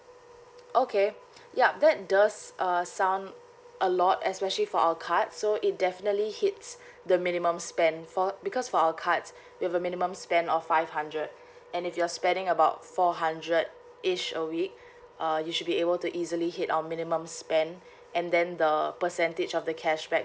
okay yup that does uh sound a lot especially for our card so it definitely hits the minimum spend for because for our cards with a minimum spend of five hundred and if you're spending about four hundred each a week uh you should be able to easily hit our minimum spend and then the percentage of the cashback